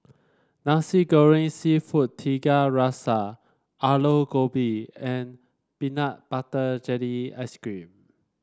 Nasi Goreng seafood Tiga Rasa Aloo Gobi and Peanut Butter Jelly Ice cream